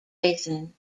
poison